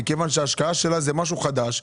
מכיוון שההשקעה שלה זה משהו חדש,